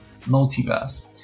Multiverse